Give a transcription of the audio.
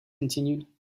continued